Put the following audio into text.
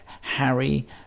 Harry